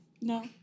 No